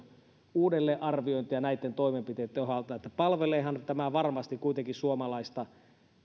uudelleenarviointia näitten toimenpiteittein osalta palveleehan tämä varmasti kuitenkin suomalaista